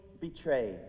betrayed